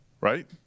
right